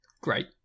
great